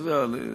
אתה יודע,